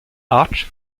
arch